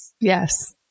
Yes